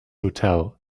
hotel